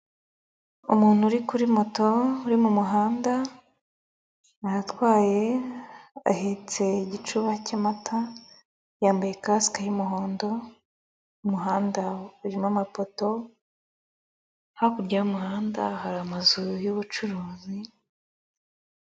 Umuntu uri kuri moto, uri mu muhanda atwaye, ahetse igicuba cy'mata, yambaye kasike y'umuhondo, ku muhanda urimo amapoto, hakurya y'umuhanda hari amazu y'ubucuruzi.